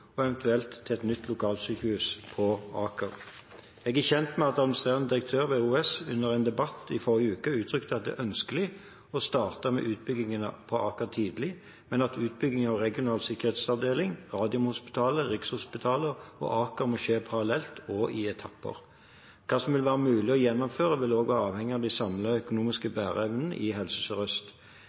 og eventuelt til et nytt lokalsykehus på Aker. Jeg er kjent med at administrerende direktør ved OUS under en debatt i forrige uke uttrykte at det er ønskelig å starte med utbygging på Aker tidlig, men at utbygging av regional sikkerhetsavdeling, Radiumhospitalet, Rikshospitalet og Aker må skje parallelt og i etapper. Hva som vil være mulig å gjennomføre, vil også være avhengig av den samlede økonomiske bæreevnen i Helse